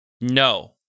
No